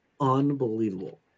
unbelievable